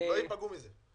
לא ייפגעו מזה.